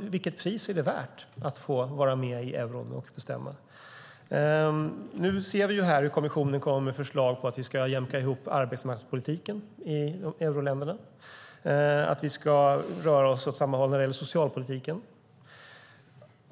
vilket pris det är värt att betala för att få vara med i eurosamarbetet och bestämma. Nu ser vi hur kommissionen kommer med förslag om att vi ska jämka ihop arbetsmarknadspolitiken i euroländerna och att vi ska röra oss åt samma håll när det gäller socialpolitiken.